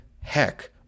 heck